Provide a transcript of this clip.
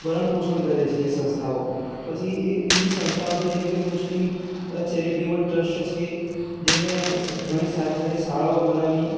ભરણપોષણ કરે છે સંસ્થાઓ પછી એક બીજી સંસ્થાઓ છે જેમ કે મુસ્લિમ ચેરિટેબલ ટ્રસ્ટ છે જેમણે ઘણી સારી સારી શાળાઓ બનાવી